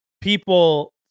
people